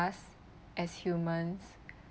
us as humans